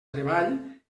treball